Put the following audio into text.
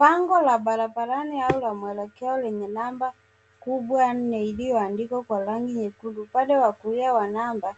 Bango la barabarani au ya mweelekeo lenye namba kubwa nne ilioandikwa kwa rangi nyekundu. Upande wa kulia wa namba